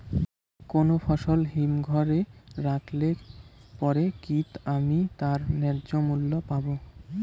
কোনো ফসল হিমঘর এ রাখলে পরে কি আমি তার ন্যায্য মূল্য পাব?